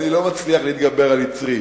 אני לא מצליח להתגבר על יצרי.